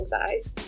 guys